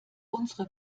unsere